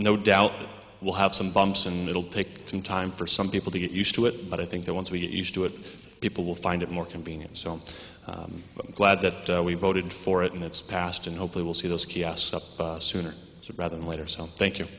no doubt it will have some bumps and it'll take some time for some people to get used to it but i think that once we get used to it people will find it more convenient so i'm glad that we voted for it and that's passed and hopefully we'll see those sooner rather than later so thank you